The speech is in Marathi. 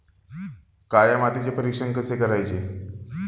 काळ्या मातीचे परीक्षण कसे करायचे?